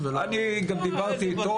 אני גם דיברתי איתו.